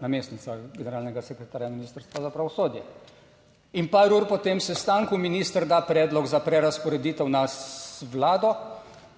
namestnica generalnega sekretarja Ministrstva za pravosodje. In par ur po tem sestanku minister da predlog za prerazporeditev na vlado